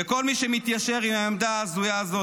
וכל מי שמתיישר עם העמדה ההזויה שהזאת